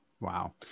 wow